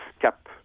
cap